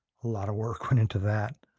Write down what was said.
a lot of work went into that.